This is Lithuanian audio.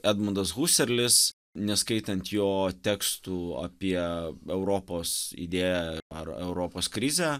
edmundas huserlis neskaitant jo tekstų apie europos idėją ar europos krizę